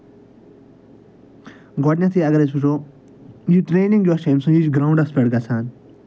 گۄڈٕنٮ۪تھٕے اَگر أسۍ وٕچھو یہِ ٹرٛینِنٛگ یۄس چھےٚ أمۍ سٕنٛز یہِ چھِ گرٛاوُنٛڈَس پٮ۪ٹھ گژھان